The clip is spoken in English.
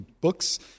books